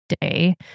day